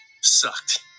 sucked